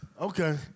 Okay